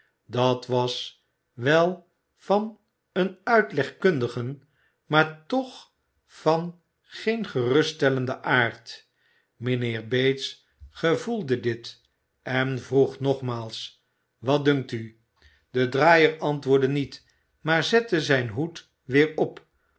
dat was wel van een uitlegkundigen maar toch van geen geruststellenden aard mijnheer bates gevoelde dit en vroeg nogmaals wat dunkt u de draaier antwoordde niet maar zette zijn hoed weer op